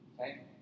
Okay